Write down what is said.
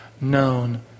known